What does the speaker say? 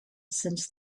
since